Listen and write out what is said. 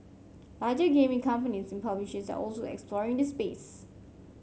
larger gaming companies and publishers are also exploring the space